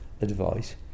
advice